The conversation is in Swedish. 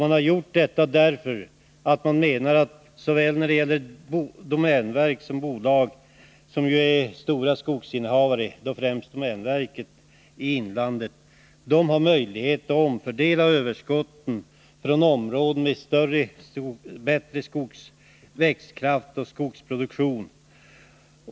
Anledningen är att man menar att såväl domänverket som bolagen, vilka ju är mycket stora skogsinnehavare, främst domänverket i inlandet, har möjlighet att omfördela överskott från områden med bättre växtkraft och skogsproduktion.